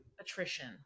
attrition